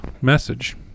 message